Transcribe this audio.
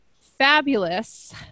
fabulous